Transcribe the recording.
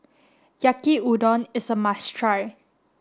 Yaki Udon is a must try